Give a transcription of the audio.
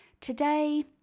Today